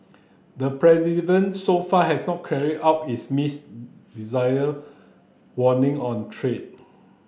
the so far has not carried out his miss desire warning on trade